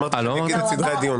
אמרתי סדרי דיון.